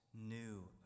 new